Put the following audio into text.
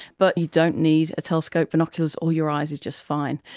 but you don't need a telescope, binoculars or your eyes is just fine.